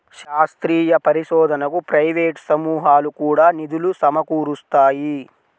శాస్త్రీయ పరిశోధనకు ప్రైవేట్ సమూహాలు కూడా నిధులు సమకూరుస్తాయి